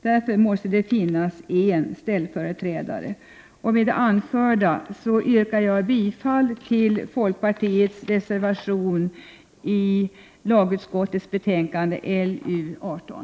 Därför måste det finnas en ställföreträdare. Jag yrkar bifall till folkpartiets reservation i lagutskottets betänkande 18.